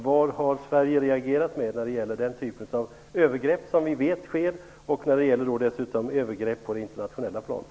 Vad har Sverige reagerat med när det gäller den typ av övergrepp som vi vet sker och när det dessutom gäller övergrepp på det internationella planet?